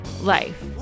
life